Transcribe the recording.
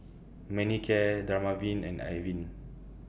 Manicare Dermaveen and Avene